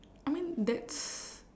I mean that's